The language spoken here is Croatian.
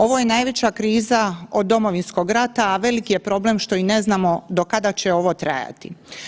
Ovo je najveća kriza od Domovinskog rata, a veliki je problem što i ne znamo do kada će ovo trajati.